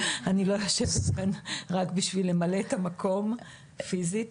אני לא יושבת כאן רק בשביל למלא את המקום פיזית.